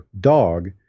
dog